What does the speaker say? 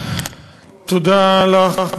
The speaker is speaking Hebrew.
תודה לך,